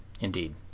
Indeed